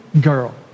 girl